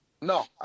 No